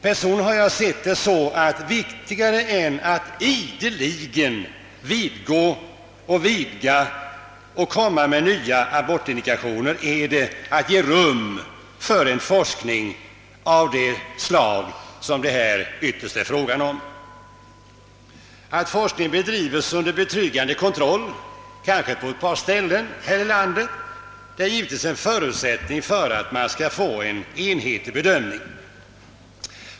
Personligen har jag sett frågan så att det är viktigare att ge rum för en forskning av det slag, som det här ytterst är fråga om, än att ideligen vidga abortindikationerna och införa nya sådana. Att forskningen bedrives under betryggande kontroll — kanske på ett par ställen i landet — är givetvis en förutsättning för att man skall få en enhetlig bedömning.